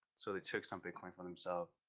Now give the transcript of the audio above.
so they took some bitcoin for themselves,